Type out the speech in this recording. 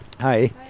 hi